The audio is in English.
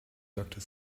doctor